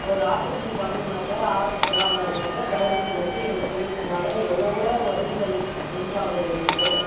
ஒரு ஆப்ரேஷன் பண்ணணுனாக்கா ஹார்ட்டு பிராப்ளம்னாக்கா கவர்மண்ட்லேருந்து எங்களுக்கு செய்றதினால எவ்வளோவோ உதவிகள் மின்பாங்குது எங்களுக்கு